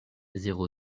zéro